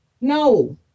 No